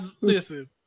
listen